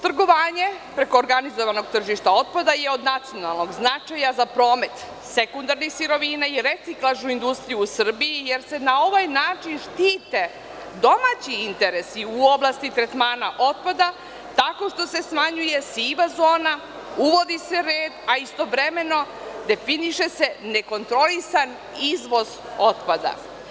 Trgovanje preko organizovanog tržišta otpada je od nacionalnog značaja za promet sekundarnih sirovina i reciklažnu industriju u Srbiji jer se na ovaj način štite domaći interesi u oblasti tretmana otpada tako što se smanjuje siva zona, uvodi se red, a istovremeno se definiše nekontrolisan izvoz otpada.